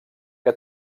que